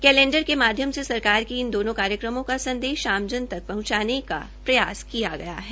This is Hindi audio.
कैलेड़र के माध्यम से सरकार के इन दोनों कार्यक्रमों का संदेश आमजन तक पहंचाने का प्रयास किया गया है